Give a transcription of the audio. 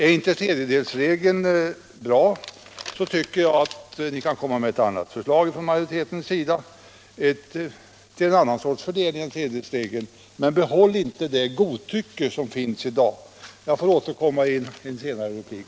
Är inte tredjedelsregeln bra, tycker jag att ni kan komma med ett annat förslag till fördelning från majoriteten, men behåll inte det godtycke som finns i dag! Jag återkommer i en senare replik.